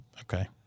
okay